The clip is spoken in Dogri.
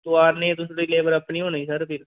तुआरने न तुं'दी लेबर अपनी होनी सर फ्ही